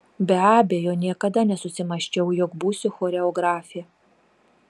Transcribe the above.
be abejo niekada nesusimąsčiau jog būsiu choreografė